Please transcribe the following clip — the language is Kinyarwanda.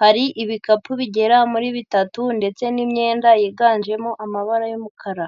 hari ibikapu bigera muri bitatu ndetse n'imyenda yiganjemo amabara y'umukara.